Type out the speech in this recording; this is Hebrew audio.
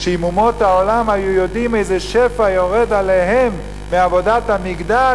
שאם אומות העולם היו יודעים איזה שפע יורד עליהם מעבודת המקדש,